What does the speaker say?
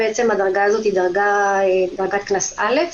כשהדרגה הזאת דרגת קנס א'.